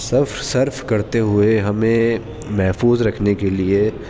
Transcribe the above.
Surf surf کرتے ہوئے ہمیں محفوظ رکھنے کے لیے